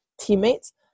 teammates